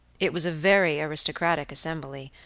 it was a very aristocratic assembly.